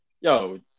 yo